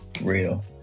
Real